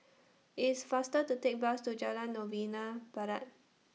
IT IS faster to Take The Bus to Jalan Novena Barat